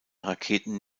raketen